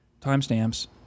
timestamps